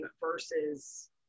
versus